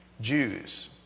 Jews